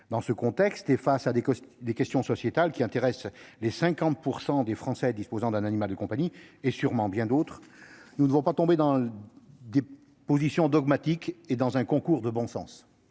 Dans ce contexte, et face à des questions sociétales qui intéressent les 50 % de Français disposant d'un animal de compagnie, et sûrement bien d'autres, nous ne devons pas tomber dans le dogmatisme et agir sans le concours du bon sens.